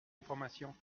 information